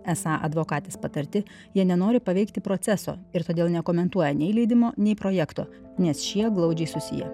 esą advokatės patarti jie nenori paveikti proceso ir todėl nekomentuoja nei leidimo nei projekto nes šie glaudžiai susiję